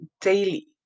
daily